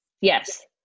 Yes